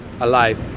alive